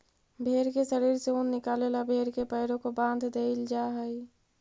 भेंड़ के शरीर से ऊन निकाले ला भेड़ के पैरों को बाँध देईल जा हई